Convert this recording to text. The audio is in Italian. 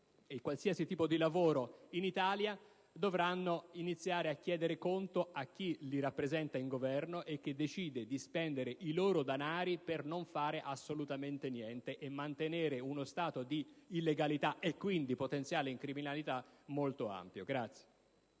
di presenza e di lavoro in Italia, dovranno iniziare a chiedere conto a chi li rappresenta al Governo, che decide di spendere i loro danari per non fare assolutamente niente e mantenere così uno stato di illegalità, quindi di potenziale criminalità, molto ampio.